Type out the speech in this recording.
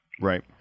right